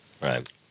Right